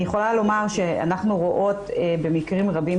אני יכולה לומר שאנחנו רואות במקרים רבים